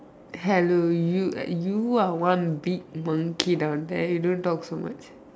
hello you you are one big bangkit ah then you don't talk so much